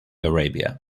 arabia